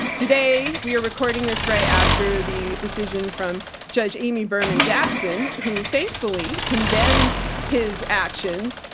today, we are recording this right after the decision from judge amy berman jackson who, thankfully, condemned his actions.